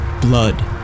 Blood